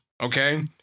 Okay